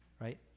right